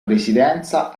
presidenza